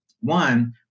One